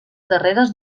darreres